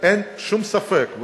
אין שום ספק,